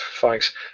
Thanks